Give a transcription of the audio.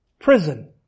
Prison